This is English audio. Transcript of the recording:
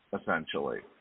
essentially